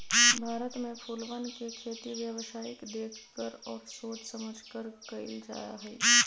भारत में फूलवन के खेती व्यावसायिक देख कर और सोच समझकर कइल जाहई